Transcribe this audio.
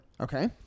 Okay